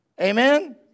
Amen